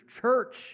Church